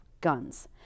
guns